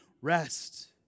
rest